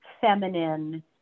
feminine